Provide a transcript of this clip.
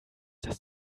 dass